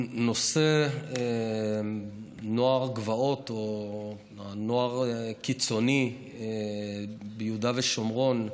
נושא נוער הגבעות או נוער קיצוני ביהודה ושומרון,